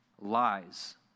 Lies